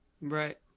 right